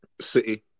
City